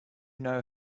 know